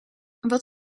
wat